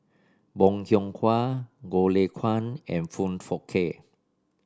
Bong Hiong Hwa Goh Lay Kuan and Foong Fook Kay